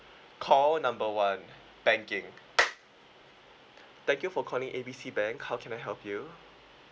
call number one banking thank you for calling A B C bank how can I help you